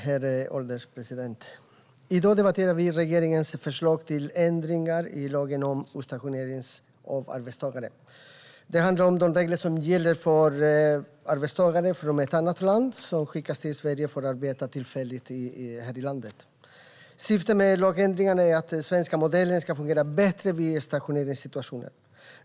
Herr ålderspresident! I dag debatterar vi regeringens förslag till ändringar i lagen om utstationering av arbetstagare. Det handlar om de regler som gäller när arbetstagare från ett annat land skickas till Sverige för att arbeta tillfälligt här i landet. Syftet med lagändringarna är att den svenska modellen ska fungera bättre vid utstationeringssituationer.